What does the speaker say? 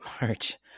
March